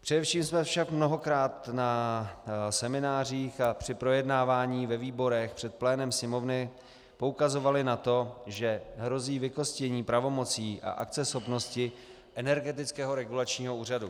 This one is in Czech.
Především jsme však mnohokrát na seminářích a při projednávání ve výborech před plénem Sněmovny poukazovali na to, že hrozí vykostění pravomocí a akceschopnosti Energetického regulačního úřadu.